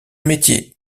métier